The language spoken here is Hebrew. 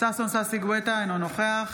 ששון ששי גואטה, אינו נוכח